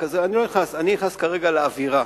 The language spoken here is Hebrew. אני נכנס כרגע לאווירה,